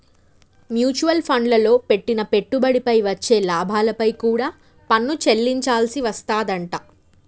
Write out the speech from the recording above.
mutual ఫండ్లల్లో పెట్టిన పెట్టుబడిపై వచ్చే లాభాలపై కూడా పన్ను చెల్లించాల్సి వస్తాదంట